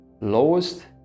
lowest